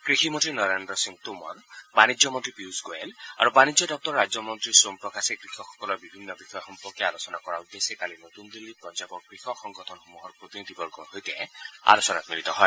কৃষি মন্ত্ৰী নৰেন্দ্ৰ সিং টোমৰ বাণিজ্য মন্ত্ৰী পিয়ুষ গোৱেল আৰু বাণিজ্য দপ্তৰৰ ৰাজ্য মন্ত্ৰী শোম প্ৰকাশে কৃষকসকলৰ বিভিন্ন বিষয় সম্পৰ্কে আলোচনা কৰাৰ উদ্দেশ্যে কালি নতুন দিল্লীত পঞ্জাৱৰ কৃষক সংগঠনসমূহৰ প্ৰতিনিধিবৰ্গৰ সৈতে আলোচনাত মিলিত হয়